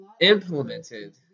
implemented